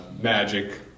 Magic